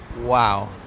Wow